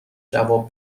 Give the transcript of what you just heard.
جواب